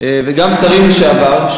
וגם שרים לשעבר,